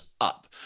up